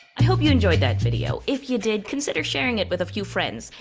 i hope you enjoyed that video. if you did, consider sharing it with a few friends,